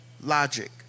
logic